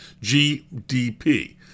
GDP